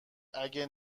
اگه